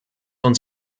uns